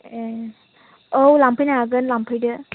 ए औ लांफैनो हागोन लांफैदो